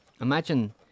imagine